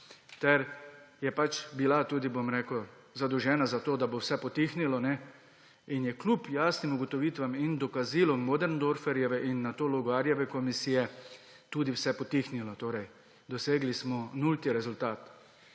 in je bila tudi zadolžena za to, da bo vse potihnilo, in je kljub jasnim ugotovitvam in dokazilom Möderndorferjeve in nato Logarjeve komisije tudi vse potihnilo, torej smo dosegli nulti rezultat.